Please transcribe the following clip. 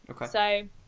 okay